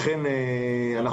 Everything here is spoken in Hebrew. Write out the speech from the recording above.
הקרן